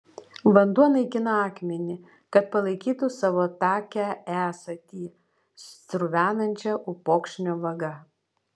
vanduo naikina akmenį kad palaikytų savo takią esatį sruvenančią upokšnio vaga